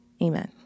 Amen